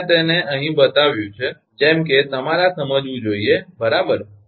બધું મેં તેને અહીં બનાવેલું છે જેમ કે તમારે આ સમજવું જોઈએ બરાબર